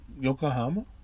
Yokohama